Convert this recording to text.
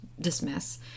dismiss